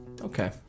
okay